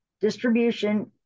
Distribution